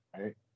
right